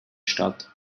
stadt